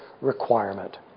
requirement